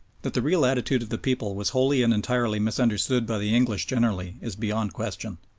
that the real attitude of the people was wholly and entirely misunderstood by the english generally is beyond question.